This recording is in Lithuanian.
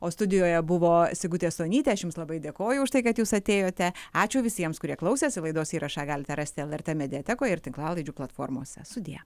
o studijoje buvo sigutė stonytė aš jums labai dėkoju už tai kad jūs atėjote ačiū visiems kurie klausėsi laidos įrašą galite rasti lrt mediatekoj ir tinklalaidžių platformose sudie